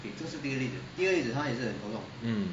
mm